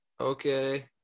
Okay